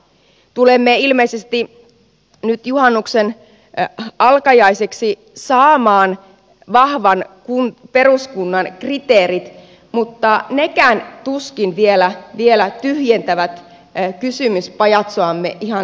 tulemme ilmeisesti nyt juhannuksen alkajaisiksi saamaan vahvan peruskunnan kriteerit mutta nekään tuskin vielä tyhjentävät kysymyspajatsoamme ihan täysin